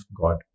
God